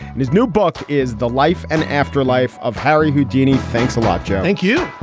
and his new book is the life and afterlife of harry houdini. thanks a lot. yeah thank you